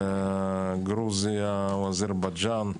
גרוזיה, אזרבייג'ן,